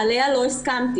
עליה לא הסכמתי.